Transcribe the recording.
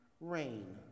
rain